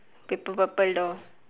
p~ purple purple door